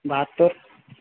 বাহাত্তর